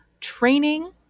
training